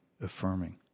affirming